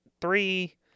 Three